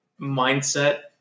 mindset